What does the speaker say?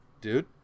dude